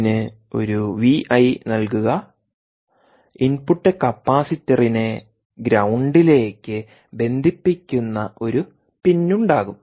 ഇതിന് ഒരു V I നൽകുക ഇൻപുട്ട് കപ്പാസിറ്ററിനെ ഗ്രൌണ്ടിലേക്ക് ബന്ധിപ്പിക്കുന്ന ഒരു പിൻ ഉണ്ടാകും